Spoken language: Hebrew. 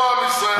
לא עם ישראל.